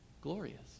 glorious